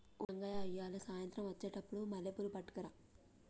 ఓయ్ రంగయ్య ఇయ్యాల సాయంత్రం అచ్చెటప్పుడు మల్లెపూలు పట్టుకరా